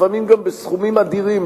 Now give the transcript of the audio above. לפעמים גם בסכומים אדירים,